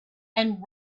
and